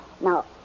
Now